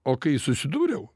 o kai susidūriau